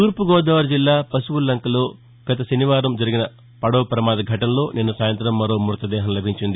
తూర్పుగోదావరి జిల్లా పుశువుల్లంకలో గత శనివారం జరిగిన పడవ ప్రమాద ఘటనలో నిన్న సాయంత్రం మరో మృతదేహం లభించింది